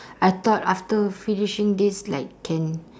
I thought after finishing this like can